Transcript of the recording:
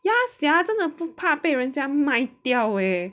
ya sia 真的不怕被人家卖掉 leh